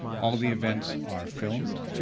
all of the events are filmed,